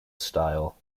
style